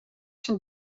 zijn